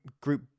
group